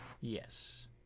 Yes